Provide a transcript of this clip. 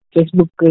Facebook